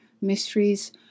mysteries